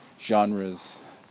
genres